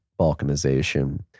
balkanization